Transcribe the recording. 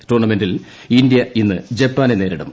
ടൂർണമെന്റിൽ ഇന്ത്യ ഇന്ന് ജപ്പാർന നേരിടും